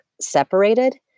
separated